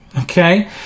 Okay